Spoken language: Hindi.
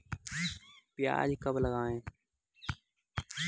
प्याज कब लगाएँ?